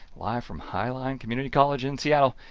live from highline community college in seattle.